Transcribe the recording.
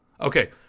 Okay